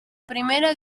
primera